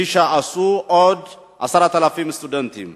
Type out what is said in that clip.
כפי שעשו עוד 10,000 סטודנטים